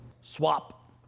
Swap